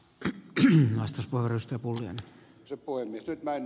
nyt minä en ymmärrä ed